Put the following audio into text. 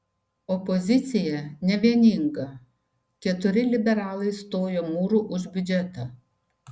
opozicija nevieninga keturi liberalai stojo mūru už biudžetą